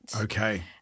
Okay